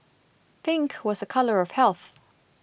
pink was a colour of health